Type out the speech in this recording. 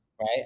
right